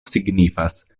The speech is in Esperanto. signifas